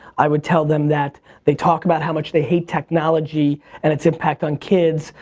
i would tell them that they talk about how much they hate technology and its impact on kids,